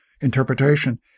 interpretation